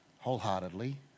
wholeheartedly